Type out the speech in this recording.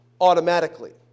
automatically